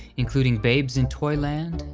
including babes in toyland,